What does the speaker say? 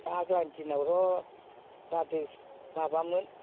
दा आग्ला दिनाव र' जादो माबामोन